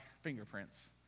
fingerprints